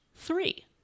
three